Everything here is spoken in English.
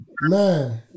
man